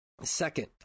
Second